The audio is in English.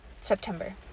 September